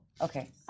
Okay